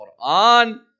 Quran